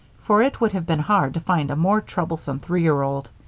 for it would have been hard to find a more troublesome three-year-old.